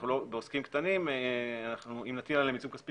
ובעסקים קטנים אם נטיל עליהם עיצום כספי